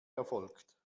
erfolgt